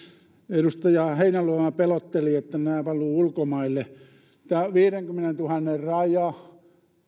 edustaja heinäluoma pelotteli että nämä valuvat ulkomaille on tämä viidenkymmenentuhannen raja